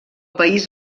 país